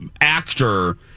actor